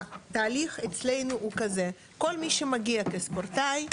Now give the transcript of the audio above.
התהליך אצלנו הוא כזה כל מי שמגיע כספורטאי,